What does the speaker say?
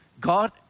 God